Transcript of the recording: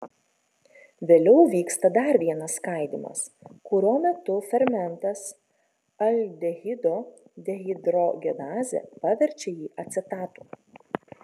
vėliau vyksta dar vienas skaidymas kurio metu fermentas aldehido dehidrogenazė paverčia jį acetatu